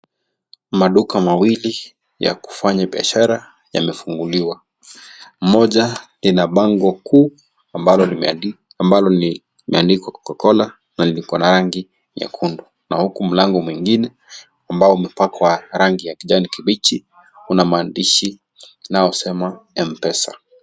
Maduka mawili ya kufanya biashara yamefunguliwa. Moja ina bango kuu ambalo limeandikwa Coca Cola na liko na rangi nyekundu na huku mlango mwingine ambao umepakwa rangi ya kijani kibichi una maandishi unaosema Mpesa.